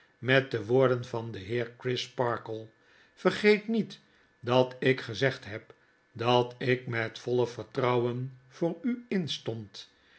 met de woorden van den heer crisparkle vergeet niet dat ik gezegd heb dat ik met voile vertrouwen voor u instond